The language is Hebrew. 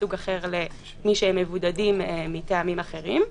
למבודדים מטעמים אחרים.